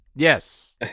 Yes